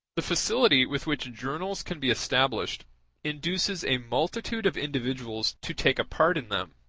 the facility with which journals can be established induces a multitude of individuals to take a part in them